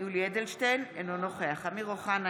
יולי יואל אדלשטיין, אינו נוכח אמיר אוחנה,